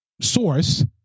source